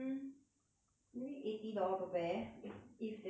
maybe eighty dollars per pair if if there is a promotion